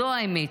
זו האמת.